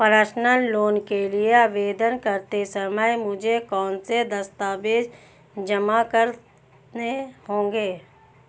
Personal loan के लिए आवेदन करते समय मुझे कौन से दस्तावेज़ जमा करने होंगे?